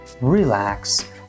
relax